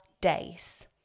days